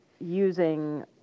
using